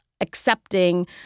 accepting